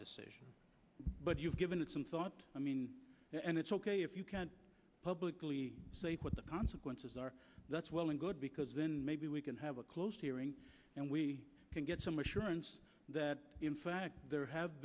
decision but you've given it some thought i mean and it's ok if you can't publicly say what the consequences are that's well and good because then maybe we can have a closed hearing and we can get some assurance that in fact there have